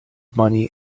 money